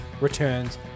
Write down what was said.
returns